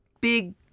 big